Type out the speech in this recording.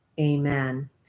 Amen